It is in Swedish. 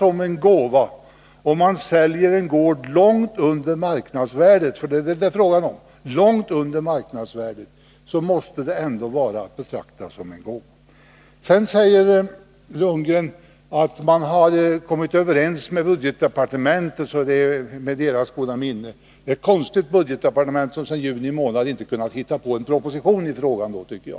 Om man säljer en gård långt under marknadsvärdet — det är detta det är fråga om — måste det ändå vara att betrakta som en gåva. Sedan säger Bo Lundgren att man har kommit överens med budgetdepartementet, så det hela sker med dess goda minne. Det är ett konstigt budgetdepartement som sedan juni inte kunnat få ihop en proposition i frågan, tycker jag.